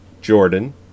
Jordan